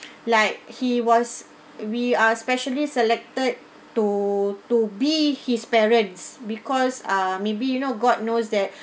like he was we are specially selected to to be his parents because ah maybe you know god knows that